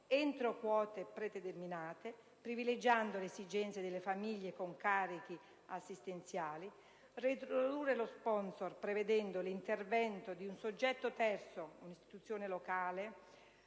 entro quote predeterminate e privilegiando le esigenze delle famiglie con carichi assistenziali, e reintrodurre lo sponsor, magari prevedendo l'intervento di un soggetto terzo (istituzione locale,